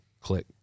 click